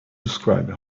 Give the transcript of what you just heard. describe